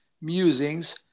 musings